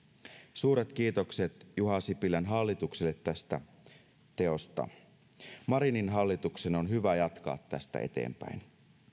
suuret kiitokset juha sipilän hallitukselle tästä teosta marinin hallituksen on hyvä jatkaa tästä eteenpäin